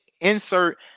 insert